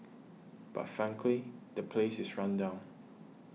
but frankly the place is run down